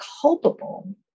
culpable